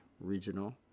regional